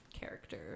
character